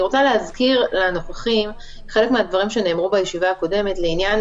אני רוצה להזכיר לנוכחים חלק מן הדברים שנאמרו בישיבה הקודמת לעניין